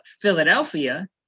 Philadelphia